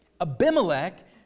Abimelech